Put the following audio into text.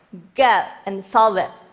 go and solve it.